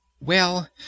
Well